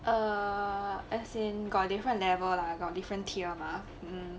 err as in got different level lah got different tier mah mm